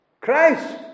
Christ